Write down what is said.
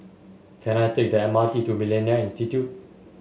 can I take the M R T to MillenniA Institute